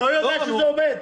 לא יודע שזה עובד.